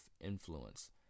influence